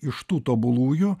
iš tų tobulųjų